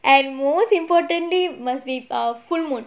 and most importantly must be err full moon